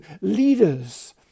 leaders